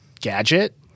gadget